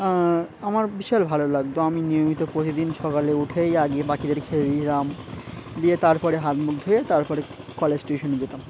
আমার বিশাল ভালো লাগত আমি নিয়মিত প্রতিদিন সকালে উঠেই আগে পাখিদের খেতে দিতাম দিয়ে তার পরে হাত মুখ ধুয়ে তার পরে কলেজ টিউশনে যেতাম